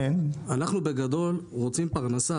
בגדול, אנחנו רוצים פרנסה.